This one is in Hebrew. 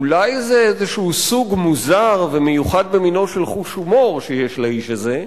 אולי זה איזה סוג מוזר ומיוחד במינו של חוש הומור שיש לאיש הזה.